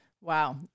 Wow